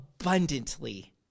abundantly